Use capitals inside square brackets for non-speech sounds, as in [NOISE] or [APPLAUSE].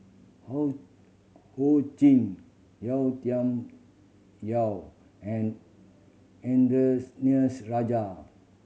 [UNINTELLIGIBLE] Ho Ching Yau Tian Yau and [UNINTELLIGIBLE] Rajah